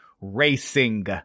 racing